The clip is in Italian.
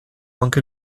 anche